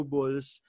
Bulls